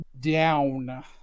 down